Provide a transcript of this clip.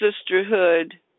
sisterhood